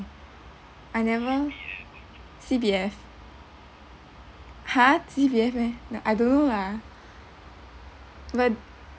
I never C_P_F ha C_P_F meh I don't know lah but